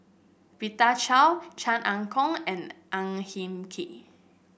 Rita Chao Chan Ah Kow and Ang Hin Kee